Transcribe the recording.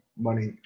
money